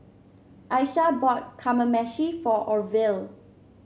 Aisha bought Kamameshi for Orvil